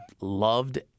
loved